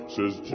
Says